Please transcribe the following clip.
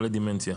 חולי דמנציה.